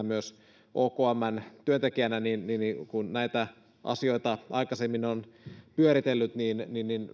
myös entisenä okmn työntekijänä kun näitä asioita aikaisemmin olen pyöritellyt niin